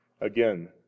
Again